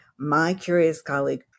MyCuriousColleague